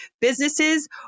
businesses